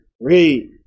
Read